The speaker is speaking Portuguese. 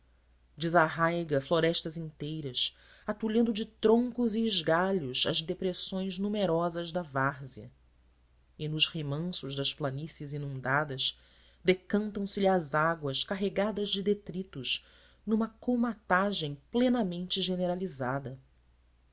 desarraiga florestas inteiras atulhando de troncos e esgalhos as depressões numerosas da várzeas e nos remansos das planícies inundadas decantam se lhe as águas carregadas de detritos numa colmatage plenamente generalizada